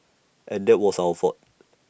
and that was our fault